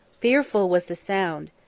fearful was the sound.